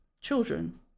children